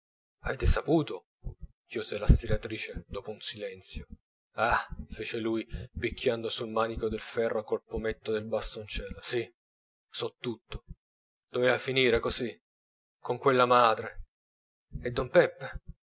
avete saputo chiose la stiratrice dopo un silenzio ah fece lui picchiando sul manico del ferro col pometto del bastoncello sì so tutto doveva finire così con quella madre e don peppe